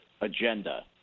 agenda